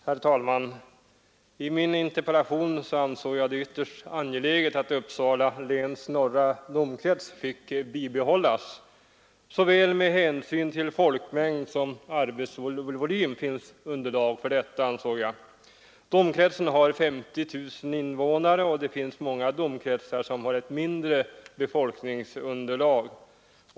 Herr talman! I min interpellation ansåg jag det ytterst angeläget att Uppsala läns norra domkrets får bibehållas. Med hänsyn till såväl folkmängd som arbetsvolym finns underlag för detta, förklarade jag. Domkretsen har 50 000 invånare, och det finns många domkretsar som har ett mindre befolkningsunderlag.